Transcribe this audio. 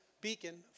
Beacon